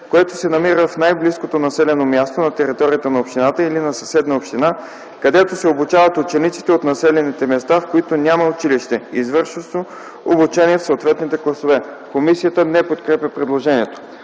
което се намира в най-близкото населено място на територията на общината или на съседна община, където се обучават учениците от населените места, в които няма училище, извършващо обучение в съответните класове”. Комисията не подкрепя предложението.